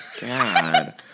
God